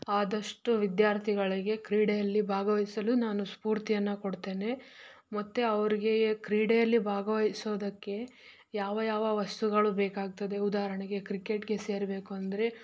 ಆದಷ್ಟು ವಿದ್ಯಾರ್ಥಿಗಳಿಗೆ ಕ್ರೀಡೆಯಲ್ಲಿ ಭಾಗವಹಿಸಲು ನಾನು ಸ್ಫೂರ್ತಿಯನ್ನು ಕೊಡ್ತೇನೆ ಮತ್ತು ಅವರಿಗೆ ಕ್ರೀಡೆಯಲ್ಲಿ ಭಾಗವಹಿಸೋದಕ್ಕೆ ಯಾವ ಯಾವ ವಸ್ತುಗಳು ಬೇಕಾಗ್ತದೆ ಉದಾಹರಣೆಗೆ ಕ್ರಿಕೆಟ್ಗೆ ಸೇರಬೇಕು ಅಂದರೆ